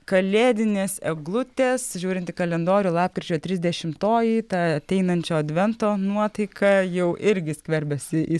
kalėdinės eglutės žiūrint į kalendorių lapkričio trisdešimtoji ta ateinančio advento nuotaika jau irgi skverbiasi į